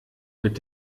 mit